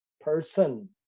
person